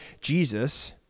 Jesus